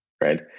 Right